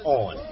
on